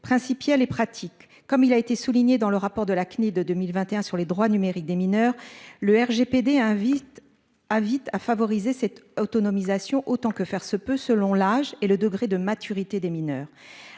principe y a les pratiques comme il a été souligné dans le rapport de l'acné de 2021 sur les droits numériques des mineurs le RGPD invite à vite a favorisé cette autonomisation autant que faire se peut, selon l'âge et le degré de maturité des mineurs